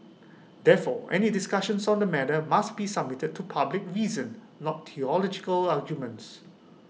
therefore any discussions on the matter must be submitted to public reason not theological arguments